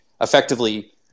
effectively